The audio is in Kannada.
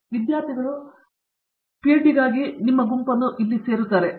ಆದ್ದರಿಂದ ಕೆಲವು ವಿದ್ಯಾರ್ಥಿಗಳು ಪಿಎಚ್ಡಿಗಾಗಿ ನಿಮ್ಮ ಗುಂಪನ್ನು ಇಲ್ಲಿ ಸೇರುತ್ತಾರೆ